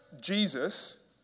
Jesus